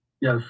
Yes